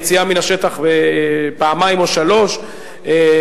יציאה מהשטח פעמיים או שלוש פעמים.